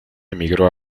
emigró